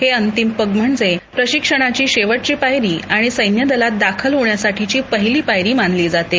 हे अंतिम पग म्हणजे प्रशिक्षणाची शेवटची पायरी आणि सैन्यदलात दाखल होण्यासाठीची पहिली पायरी मनाली जाते